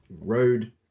Road